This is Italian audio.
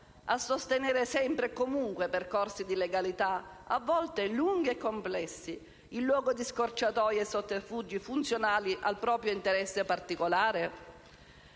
a sostenere sempre e comunque percorsi di legalità, a volte lunghi e complessi, in luogo di scorciatoie e sotterfugi funzionali al proprio interesse particolare?